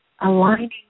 aligning